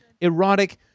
erotic